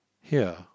Here